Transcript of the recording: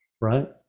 right